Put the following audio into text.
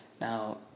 Now